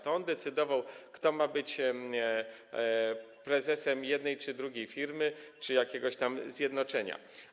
To on decydował, kto ma być prezesem jednej czy drugiej firmy, czy jakiegoś zjednoczenia.